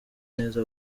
neza